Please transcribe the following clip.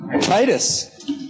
Titus